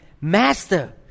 Master